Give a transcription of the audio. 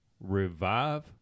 revive